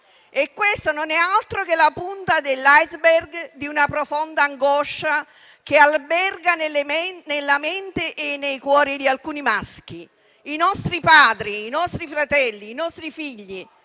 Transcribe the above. e questa non è altro che la punta dell'*iceberg* di una profonda angoscia che alberga nella mente e nei cuori di alcuni maschi, nostri padri, nostri fratelli o nostri figli,